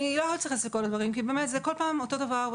לא אומר את כל הדברים כי באמת כל פעם זה אותו דבר,